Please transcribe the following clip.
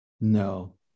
No